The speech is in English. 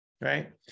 right